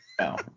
No